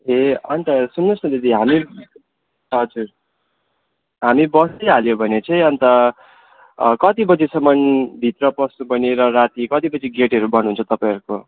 ए अन्त सुन्नुहोस् न दिदी हामी हजुर हामी बसिहाल्यो भने चाहिँ अन्त कति बजीसम्म भित्र पस्नुपर्ने र राति कति बजी गेटहरू बन्द हुन्छ तपाईँहरूको